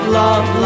love